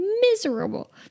miserable